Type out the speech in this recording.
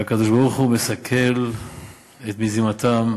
והקדוש-ברוך-הוא מסכל את מזימתם.